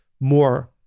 more